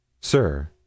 Sir